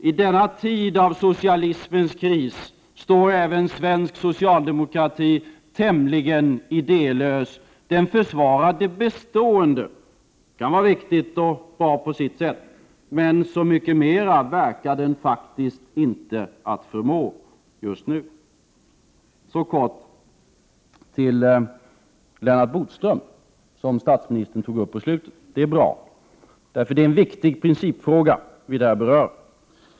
I denna tid av socialismens kris står även svensk socialdemokrati tämligen idélös. Den försvarar det bestående. 29 Den kan vara riktig och bra på sitt sätt, men så mycket mera verkar den faktiskt inte att förmå just nu. Jag vill kort kommentera Lennart Bodström, som statsministern själv tog upp. Det är bra, eftersom det är en viktigt principfråga vi berör där.